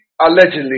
allegedly